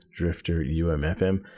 drifterumfm